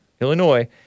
Illinois